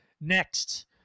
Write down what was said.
next